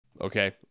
Okay